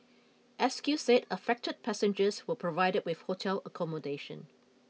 S Q said affected passengers were provided with hotel accommodation